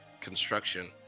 construction